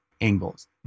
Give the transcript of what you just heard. angles